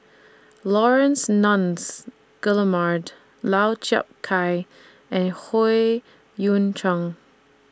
Laurence Nunns Guillemard Lau Chiap Khai and Howe Yoon Chong